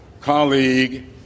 colleague